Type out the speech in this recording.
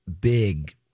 big